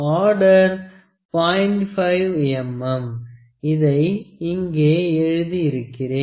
1 mm இதை இங்கே எழுதி இருக்கிறேன்